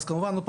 אז כמובן,